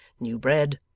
new bread,